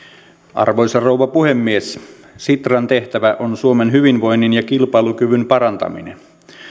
arvoisa rouva puhemies sitran tehtävä on suomen hyvinvoinnin ja kilpailukyvyn parantaminen